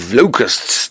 locusts